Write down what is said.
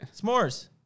S'mores